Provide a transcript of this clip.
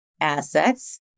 assets